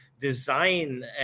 design